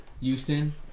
Houston